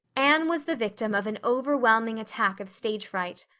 anne was the victim of an overwhelming attack of stage fright.